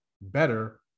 better